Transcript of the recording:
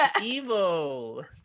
evil